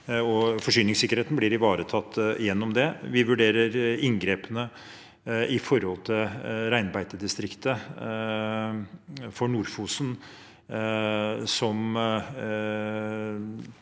forsyningssikkerheten blir ivaretatt gjennom det. Vi vurderer inngrepene med hensyn til reinbeitedistriktet for Nord-Fosen